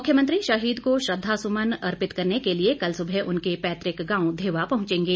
मुख्यमंत्री शहीद को श्रद्वासुमन अर्पित करने के लिए कल सुबह उनके पैतुक गांव धेवा पहुंचेंगे